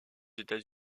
états